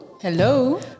Hello